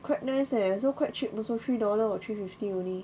quite nice leh so quite cheap also three dollar or three fifty only